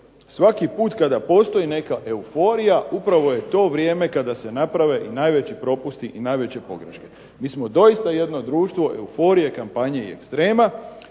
svaki put kada postoji neka euforija upravo je to vrijeme kada se naprave i najveći propusti i najveće pogreške. Mi smo doista jedno društvo euforije, kampanje i ekstrema.